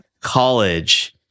college